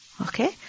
Okay